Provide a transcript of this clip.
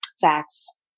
Facts